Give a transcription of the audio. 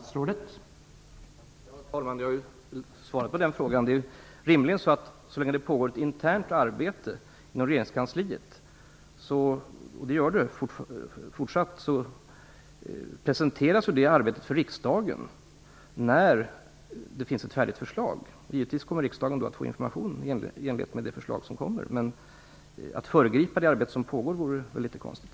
Herr talman! Jag har ju svarat på den frågan. Det är rimligen så, att eftersom det pågår ett internt arbete inom regeringskansliet kommer detta arbete att presenteras för riksdagen, när det finns ett färdigt förslag. Givetvis kommer riksdagen att få information i enlighet med det förslag som kommer. Men att föregripa det arbete som pågår vore väl litet konstigt.